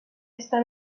està